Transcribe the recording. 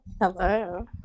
Hello